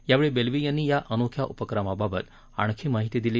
यावेळी बेल्वी यांनी या अनोख्या उपक्रमाबाबत आणखी माहिती दिली